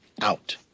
out